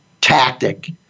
tactic